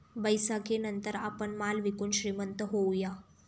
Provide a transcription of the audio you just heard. बैसाखीनंतर आपण माल विकून श्रीमंत होऊया